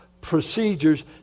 procedures